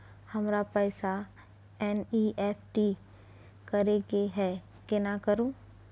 हमरा पैसा एन.ई.एफ.टी करे के है केना करू?